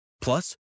Plus